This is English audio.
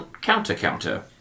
Counter-counter